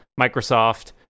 Microsoft